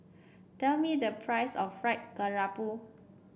tell me the price of Fried Garoupa